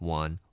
one